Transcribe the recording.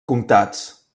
comptats